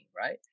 right